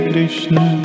Krishna